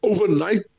overnight